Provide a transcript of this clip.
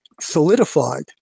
solidified